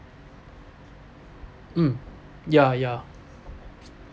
um ya ya